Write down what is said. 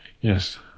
Yes